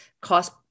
cost